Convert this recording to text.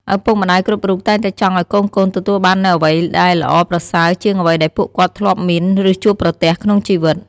ឪពុកម្ដាយគ្រប់រូបតែងតែចង់ឲ្យកូនៗទទួលបាននូវអ្វីដែល ល្អប្រសើរជាងអ្វីដែលពួកគាត់ធ្លាប់មាន ឬជួបប្រទះក្នុងជីវិត។